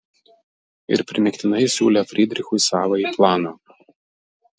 ir primygtinai siūlė frydrichui savąjį planą